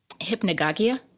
Hypnagogia